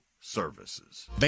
Services